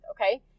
Okay